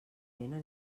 feina